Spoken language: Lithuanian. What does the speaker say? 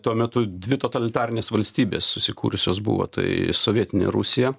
tuo metu dvi totalitarinės valstybės susikūrusios buvo tai sovietinė rusija